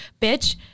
bitch